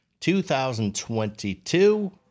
2022